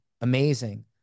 amazing